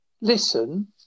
listen